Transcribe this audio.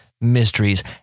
mysteries